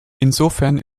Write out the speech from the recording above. insofern